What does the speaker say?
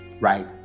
right